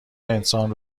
انسان